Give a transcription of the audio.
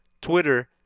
Twitter